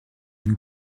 nous